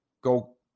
go